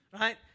Right